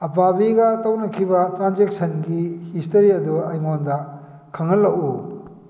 ꯑꯄꯥꯕꯤꯒ ꯇꯧꯅꯈꯤꯕ ꯇ꯭ꯔꯥꯟꯁꯦꯛꯁꯟꯒꯤ ꯍꯤꯁꯇꯔꯤ ꯑꯗꯨ ꯑꯩꯉꯣꯟꯗ ꯈꯪꯍꯜꯂꯛꯎ